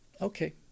Okay